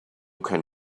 can